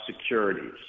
securities